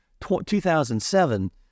2007